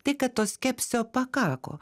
tai kad to skepsio pakako